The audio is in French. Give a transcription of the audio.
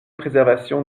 préservation